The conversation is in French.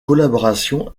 collaboration